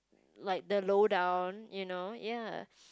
like the slowdown you know ya